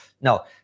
no